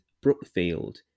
Brookfield